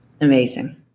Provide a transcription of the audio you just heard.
Amazing